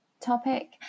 topic